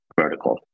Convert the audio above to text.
vertical